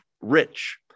Rich